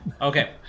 okay